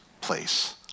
place